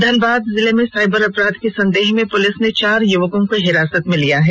धनबाद जिलें साईबर अपराध के संदेह में पुलिस ने चार युवकों हिरासत में लिया हैं